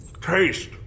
Taste